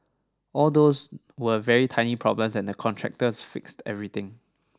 all those were very tiny problems and the contractors fixed everything